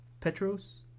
Petros